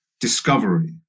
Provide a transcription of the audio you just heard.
discovery